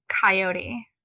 coyote